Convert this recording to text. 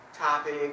topic